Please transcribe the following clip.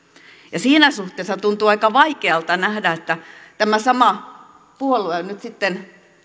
ja siinä suhteessa tuntuu aika vaikealta nähdä että tämä sama puolue on nyt sitten